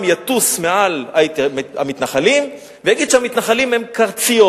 יטוס מעל המתנחלים ויגיד שהמתנחלים הם קרציות,